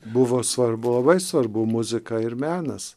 buvo svarbu labai svarbu muzika ir menas